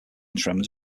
tremors